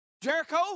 Jericho